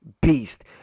Beast